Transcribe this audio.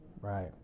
Right